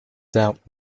doubt